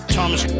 Thomas